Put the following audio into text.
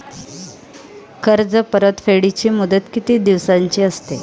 कर्ज परतफेडीची मुदत किती दिवसांची असते?